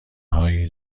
های